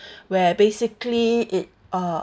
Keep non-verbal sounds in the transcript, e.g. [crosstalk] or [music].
[breath] where basically it uh